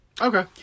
Okay